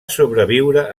sobreviure